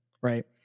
Right